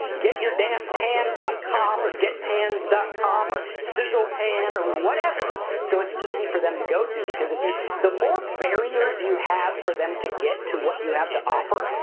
getyourdamnpan dot com or getpans dot com or sizzlepan or whatever, so it's easy for them to go to because the more barriers you have for them to get to what you have to offer,